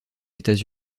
états